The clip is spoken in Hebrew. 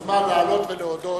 אתה מוזמן לעלות ולהודות.